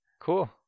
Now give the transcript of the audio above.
Cool